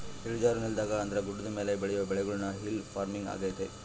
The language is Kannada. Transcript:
ಇಳಿಜಾರು ನೆಲದಾಗ ಅಂದ್ರ ಗುಡ್ಡದ ಮೇಲೆ ಬೆಳಿಯೊ ಬೆಳೆಗುಳ್ನ ಹಿಲ್ ಪಾರ್ಮಿಂಗ್ ಆಗ್ಯತೆ